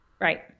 Right